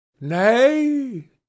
Nay